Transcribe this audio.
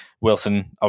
Wilson